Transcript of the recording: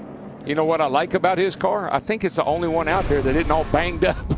you know what i like about his car, i think it's the only one out there that isn't all banged up.